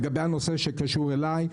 לגבי הנושא שקשור אליי,